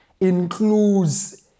includes